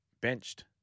benched